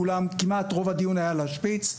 כמעט רוב הדיון היה על השפיץ.